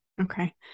Okay